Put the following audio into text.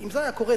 אם זה היה קורה,